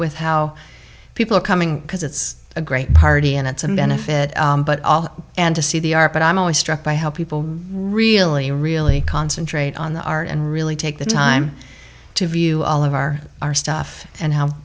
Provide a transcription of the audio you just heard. with how people are coming because it's a great party and it's and benefit but all and to see the art but i'm always struck by how people really really concentrate on the art and really take the time to view all of our our stuff and how